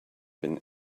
been